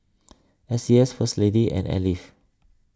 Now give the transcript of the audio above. S C S First Lady and Alive